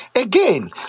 Again